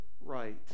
right